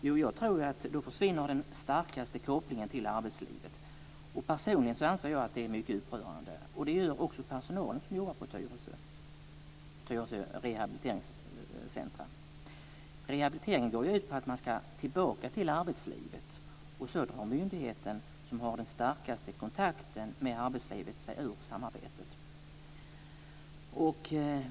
Jo, jag tror att då försvinner den starkaste kopplingen till arbetslivet. Personligen anser jag att det är mycket upprörande och det anser också personalen på Tyresö rehabiliteringscenter. Rehabiliteringen går ju ut på att man ska tillbaka till arbetslivet men så drar den myndighet som har den starkaste kontakten med arbetslivet sig ur samarbetet!